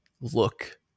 look